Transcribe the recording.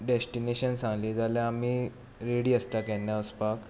destination सांगली नाजल्यार आमी रेडी आसता केन्नाय वचपाक